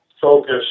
focus